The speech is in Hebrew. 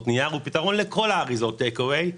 נייר אלא לכל אריזות המזון המהיר.